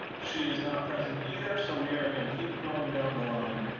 she is not present either, so we are gonna keep going down the line.